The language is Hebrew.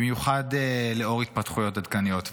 במיוחד לנוכח התפתחויות עדכניות,